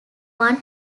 one